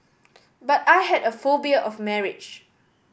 but I had a phobia of marriage